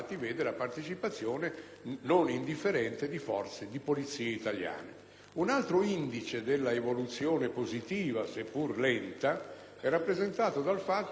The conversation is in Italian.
Un altro indice dell'evoluzione positiva, seppur lenta, è rappresentato dal fatto che cinque missioni sono condotte dalla Guardia di finanza, la quale ovviamente